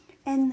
and